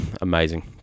Amazing